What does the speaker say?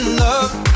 love